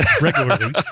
regularly